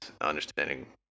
understanding